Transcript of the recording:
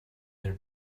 their